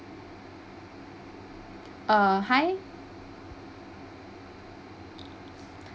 uh hi